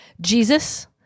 Jesus